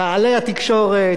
טייקוני התקשורת,